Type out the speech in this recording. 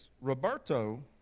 Roberto